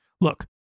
Look